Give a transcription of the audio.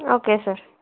okay sir